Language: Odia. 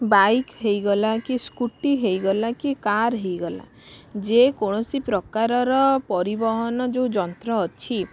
ବାଇକ ହେଇଗଲା କି ସ୍କୁଟି ହେଇଗଲା କି କାର ହେଇଗଲା ଯେ କୌଣସି ପ୍ରକାରର ପରିବହନ ଯେଉଁ ଯନ୍ତ୍ର ଅଛି